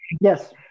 Yes